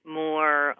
more